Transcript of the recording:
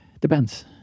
Depends